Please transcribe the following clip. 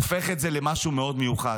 הופך את זה למשהו מאוד מיוחד.